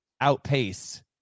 outpace